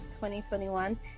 2021